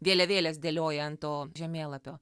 vėliavėles dėlioja ant to žemėlapio